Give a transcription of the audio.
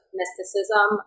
mysticism